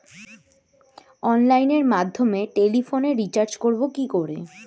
অনলাইনের মাধ্যমে টেলিফোনে রিচার্জ করব কি করে?